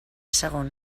segon